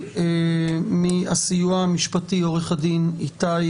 המינית וההשלכה הדרמטית שלה,